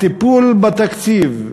הטיפול בתקציב,